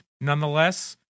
nonetheless